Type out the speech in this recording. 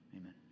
Amen